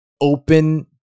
open